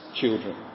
children